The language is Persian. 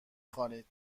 خوانید